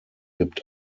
gibt